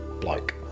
bloke